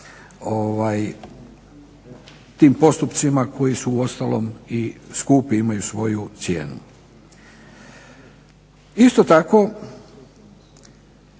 tim postupcima koji su uostalom i skupi, imaju svoju cijenu. Isto tako